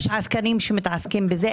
יש עסקנים שמתעסקים בזה.